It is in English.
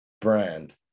brand